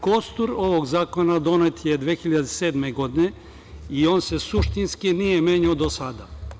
Kostur ovog zakona donet je 2007. godine i on se suštinski nije menjao do sada.